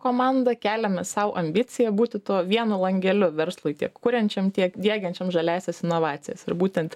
komanda keliame sau ambiciją būti tuo vienu langeliu verslui tiek kuriančiam tiek diegiančiam žaliąsias inovacijas ir būtent